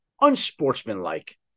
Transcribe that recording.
unsportsmanlike